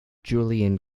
julian